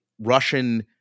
Russian